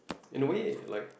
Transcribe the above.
in a way like